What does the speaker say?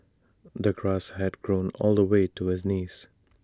the grass had grown all the way to his knees